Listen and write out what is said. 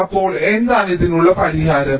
അപ്പോൾ എന്താണ് ഇതിനുള്ള പരിഹാരം